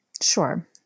Sure